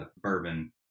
bourbon